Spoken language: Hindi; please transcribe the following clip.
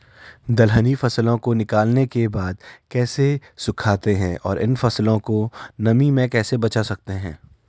दलहनी फसलों को निकालने के बाद कैसे सुखाते हैं और इन फसलों को नमी से कैसे बचा सकते हैं?